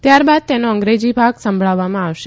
ત્યારબાદ તેનો અંગ્રેજી ભાગ સંભળાવવામાં આવશે